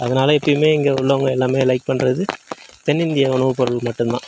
அதனால எப்பையுமே இங்கே உள்ளவங்க எல்லாமே லைக் பண்ணுறது தென்னிந்திய உணவு பொருள் மட்டும்தான்